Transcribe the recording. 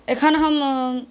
एखन हम